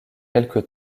quelque